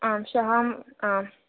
आं श्वः अहम् आम्